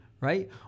right